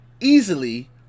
easily